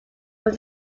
from